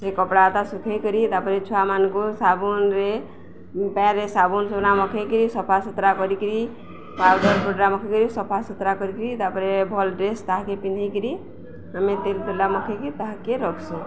ସେ କପଡ଼ାତା ଶୁଖେଇକରି ତାପରେ ଛୁଆମାନଙ୍କୁ ସାବୁନରେ ପରେ ସାବୁନ ସବୁନା ମଖେଇକିରି ସଫା ସୁତୁରା କରିକିରି ପାଉଡ଼ର ପାଉଡର ମଖେଇକରି ସଫା ସୁତା କରିକିରି ତାପରେ ଭଲ୍ ଡ୍ରେସ ତାହାକେ ପିନ୍ଧେଇକିରି ଆମେ ତେଲ ତୁଲା ମଖେଇକି ତାହାକେ ରଖସୁଁ